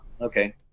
okay